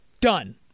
Done